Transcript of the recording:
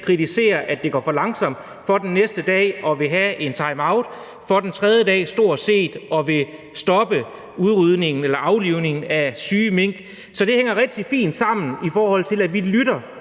kritiserer, at det går for langsomt, for den næste dag at ville have en timeout, for den tredje dag stort set at ville stoppe aflivningen af syge mink. Så det hænger rigtig fint sammen, i forhold til at vi lytter